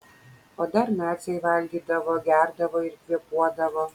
o dar naciai valgydavo gerdavo ir kvėpuodavo